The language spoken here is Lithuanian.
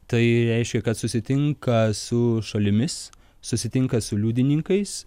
tai reiškia kad susitinka su šalimis susitinka su liudininkais